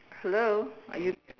hello are you